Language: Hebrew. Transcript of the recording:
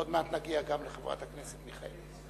עוד מעט נגיע גם לחברת הכנסת מיכאלי.